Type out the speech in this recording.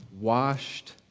washed